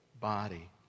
body